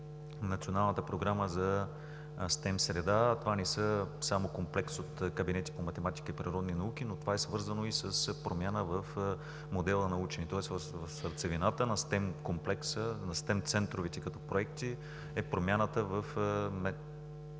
Националната програма за STEM среда. Това не са само комплекс от кабинети по математика и природни науки, но това е свързано и с промяна в модела на учене, тоест в сърцевината на STEM комплекса, на STEM центровете, като проекти, е промяната в